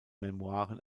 memoiren